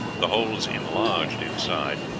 the holes enlarged inside,